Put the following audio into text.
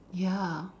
ya